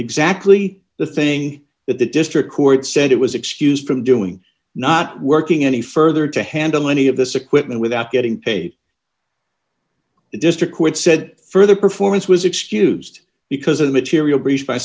exactly the thing that the district court said it was excused from doing not working any further to handle any of this equipment without getting paid the district court said further performance was excused because of material breach by